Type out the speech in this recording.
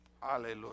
Hallelujah